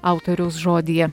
autoriaus žodyje